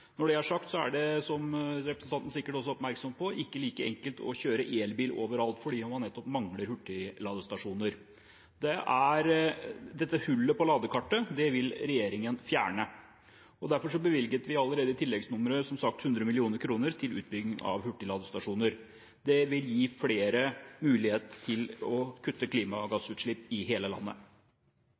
Når det er sagt, er det – som representanten sikkert også er oppmerksom på – ikke like enkelt å kjøre elbil overalt, fordi man nettopp mangler hurtigladestasjoner. Dette hullet på ladekartet vil regjeringen fjerne. Derfor bevilget vi, som sagt, allerede i tilleggsnummeret 100 mill. kr til utbygging av hurtigladestasjoner. Det vil gi flere mulighet til å kutte klimagassutslipp i hele landet.